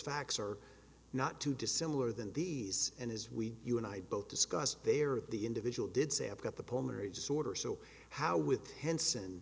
facts are not too dissimilar than these and as we you and i both discuss they are of the individual did say i've got the pulmonary disorder so how with henson